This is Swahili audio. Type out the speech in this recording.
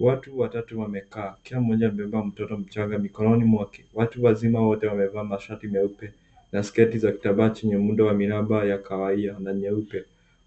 Watu watatu wamekaa kila mmoja amebeba mtoto mchanga mikononi mwake. Watu wazima wote wamevaa mashati meupe na sketi cha vitambaa vya muundo wa miraba ya kawaida.